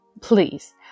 Please